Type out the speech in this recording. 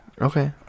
Okay